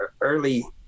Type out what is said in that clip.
early